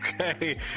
Okay